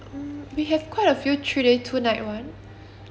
um we have quite a few three day two night one